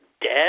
dead